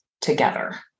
together